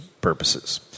purposes